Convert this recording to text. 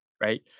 right